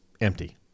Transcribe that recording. empty